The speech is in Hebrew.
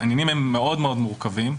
העניינים הם מאוד מאוד מורכבים.